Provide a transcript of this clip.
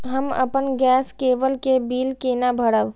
हम अपन गैस केवल के बिल केना भरब?